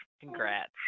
Congrats